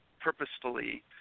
purposefully